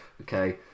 okay